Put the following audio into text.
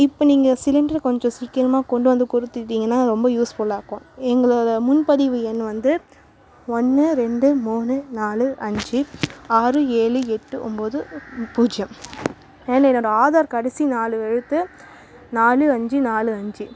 இப்போ நீங்கள் சிலிண்ட்ரு கொஞ்சம் சீக்கிரமாக கொண்டு வந்து கொடுத்திட்டீங்கனா ரொம்ப யூஸ்ஃபுல்லாக இருக்கும் எங்களோட முன் பதிவு எண் வந்து ஒன்று ரெண்டு மூணு நாலு அஞ்சு ஆறு ஏழு எட்டு ஒம்போது பூஜ்ஜியம் அண்ட் என்னோட ஆதார் கார்டு கடைசி நாலு எழுத்து நாலு அஞ்சு நாலு அஞ்சு